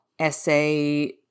essay